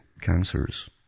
cancers